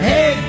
Hey